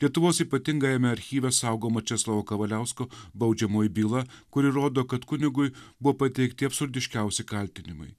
lietuvos ypatingajame archyve saugoma česlovo kavaliausko baudžiamoji byla kuri rodo kad kunigui buvo pateikti absurdiškiausi kaltinimai